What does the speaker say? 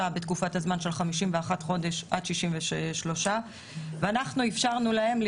בתקופת הזמן של 51 חודשים עד 63. אנחנו אפשרנו להם,